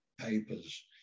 Papers